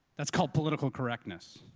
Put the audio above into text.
that's called political correctness.